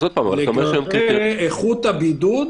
לגבי איכות הבידוד